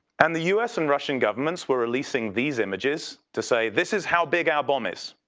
and the us and russian governments were releasing these images to say this is how big our bomb is.